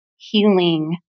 Healing